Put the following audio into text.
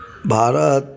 Bharat